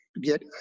get